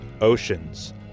Oceans